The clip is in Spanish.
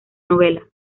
novela